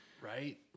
Right